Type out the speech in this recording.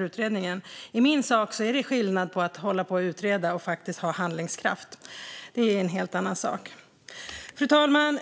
utredningen pågår. I min värld är det skillnad på att hålla på och utreda och att faktiskt ha handlingskraft. Det är en helt annan sak. Fru talman!